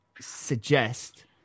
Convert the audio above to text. suggest